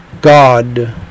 God